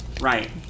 Right